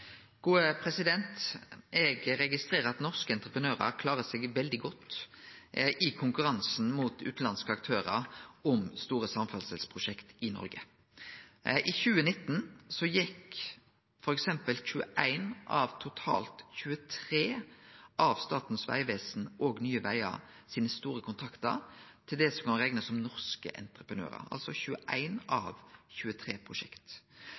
registrerer at norske entreprenørar klarer seg veldig godt i konkurransen mot utanlandske aktørar om store samferdselsprosjekt i Noreg. I 2019 gjekk f.eks. 21 av totalt 23 av Statens vegvesen og Nye Vegar sine store kontraktar til det som kan reknast som norske entreprenørar, altså 21 av 23 prosjekt.